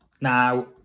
now